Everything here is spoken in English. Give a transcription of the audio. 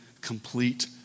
complete